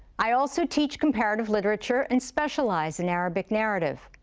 i also teach comparative literature and specialize in arabic narrative.